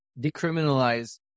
decriminalize